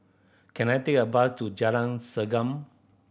can I take a bus to Jalan Segam